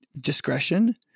discretion